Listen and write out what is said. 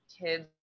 kids